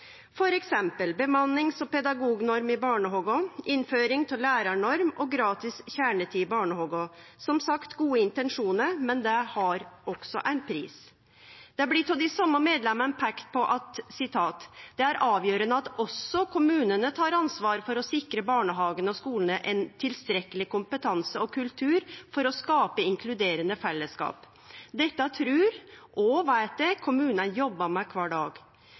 bemannings- og pedagognorm i barnehagar, innføring av lærarnorm og gratis kjernetid i barnehagar – som sagt: gode intensjonar, men det har også ein pris. Det blir av dei same medlemmene peika på at «det er avgjørende at også kommunene tar ansvar for å sikre at barnehagene og skolene har tilstrekkelig kompetanse og kultur til å skape inkluderende fellesskap». Dette trur – og veit – eg at kommunane jobbar med kvar dag.